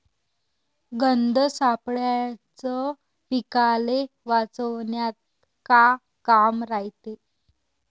गंध सापळ्याचं पीकाले वाचवन्यात का काम रायते?